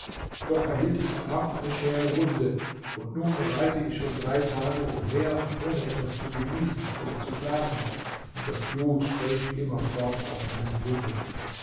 doch erhielt ich im kampf eine schwere wunde und nun reite ich schon drei tage umher ohne etwas zu genießen oder zu schlafen und das blut strömt immerfort aus meinen wunden